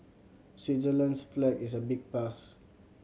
Switzerland's flag is a big plus